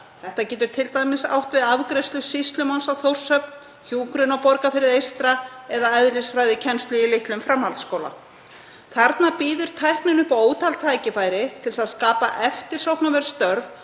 Þetta getur t.d. átt við afgreiðslu sýslumanns á Þórshöfn, hjúkrun á Borgarfirði eystra eða eðlisfræðikennslu í litlum framhaldsskóla. Þarna býður tæknin upp á ótal tækifæri til að skapa eftirsóknarverð störf